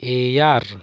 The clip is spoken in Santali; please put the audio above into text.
ᱮᱭᱟᱨ